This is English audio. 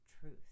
truth